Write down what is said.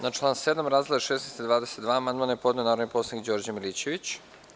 Na član 7. razdele 16 i 22 amandmane je podneo narodni poslanik Đorđe Milićević.